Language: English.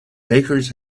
bakers